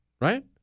right